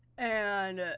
and,